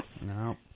No